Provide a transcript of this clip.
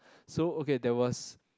so okay there was